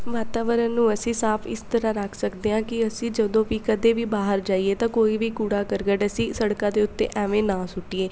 ਵਾਤਾਵਰਨ ਨੂੰ ਅਸੀਂ ਸਾਫ ਇਸ ਤਰ੍ਹਾਂ ਰੱਖ ਸਕਦੇ ਹਾਂ ਕਿ ਅਸੀਂ ਜਦੋਂ ਵੀ ਕਦੇ ਵੀ ਬਾਹਰ ਜਾਈਏ ਤਾਂ ਕੋਈ ਵੀ ਕੂੜਾ ਕਰਕਟ ਅਸੀਂ ਸੜਕਾਂ ਦੇ ਉੱਤੇ ਐਵੇਂ ਨਾ ਸੁੱਟੀਏ